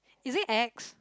is it X